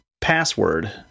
password